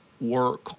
work